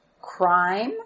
crime